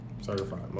certified